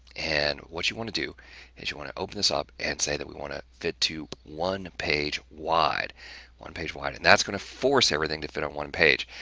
and what you want to do is, you want to open this up and say that we want to fit to one page wide one page wide, and that's going to force everything to fit on one page.